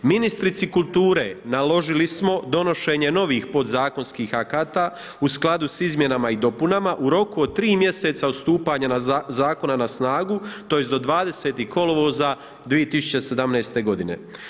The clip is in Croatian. Ministrici kulture naložili smo donošenje novih podzakonskih akata u skladu sa izmjenama i dopunama u roku od tri mjeseca od stupanja zakona na snagu, tj. do 20. kolovoza 2017. godine.